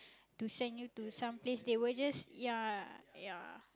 to send you to some place they will just yeah yeah